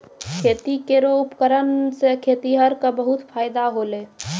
खेती केरो उपकरण सें खेतिहर क बहुत फायदा होलय